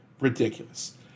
Ridiculous